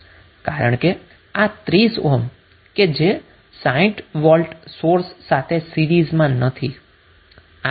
કારણ કે આ 30 ઓહ્મ કે જે 60 વોલ્ટ સોર્સ સાથે સીરીઝમાં નથી